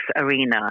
arena